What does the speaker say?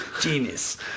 Genius